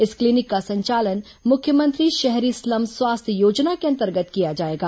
इस क्लीनिक का संचालन मुख्यमंत्री शहरी स्लम स्वास्थ्य योजना के अंतर्गत किया जाएगा